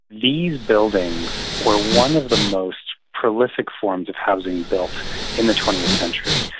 these buildings were one of the most prolific forms of housing built in the twentieth century.